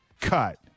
cut